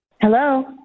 Hello